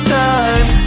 time